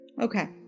Okay